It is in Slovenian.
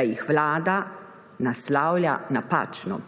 da jih vlada naslavlja napačno.